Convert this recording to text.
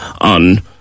on